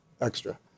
extra